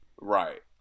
Right